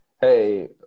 hey